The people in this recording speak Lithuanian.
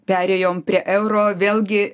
perėjom prie euro vėlgi